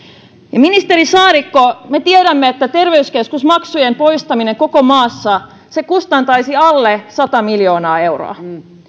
ministeri saarikko me tiedämme että terveyskeskusmaksujen poistaminen koko maassa kustantaisi alle sata miljoonaa euroa